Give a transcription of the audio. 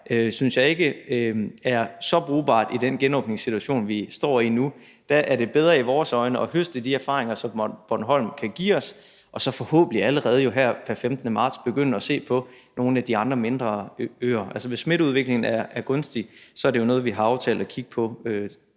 synes jeg ikke er så brugbart i den genåbningssituation, vi står i nu. Der er det i vores øjne bedre at høste de erfaringer, som Bornholm kan give os, og så forhåbentlig jo allerede her pr. 15. marts begynde at se på nogle af de andre mindre øer. Altså, hvis smitteudviklingen er gunstig, er det jo noget, vi har aftalt at kigge på